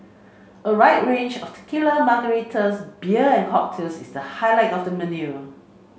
a wide range of tequila margaritas beer and cocktails is the highlight of the menu